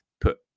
put